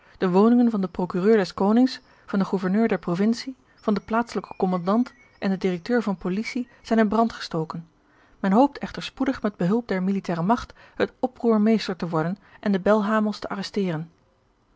de woningen van den procureur des george een ongeluksvogel konings van den gouverneur der provincie van den plaatselijken kommandant en den directeur van policie zijn in brand gestoken men hoopt echter spoedig met behulp der militaire magt het oproer meester te worden en de belhamels te